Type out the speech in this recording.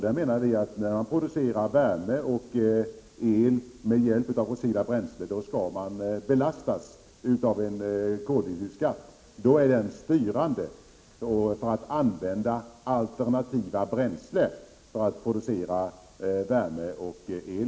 De som producerar värme och el med hjälp av fossila bränslen skall belastas med en koldioxidskatt, som då styr företagen att använda alternativa bränslen för att producera värme och el.